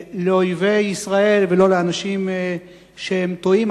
לאויבי ישראל ולא לאנשים שהם טועים.